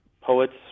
poets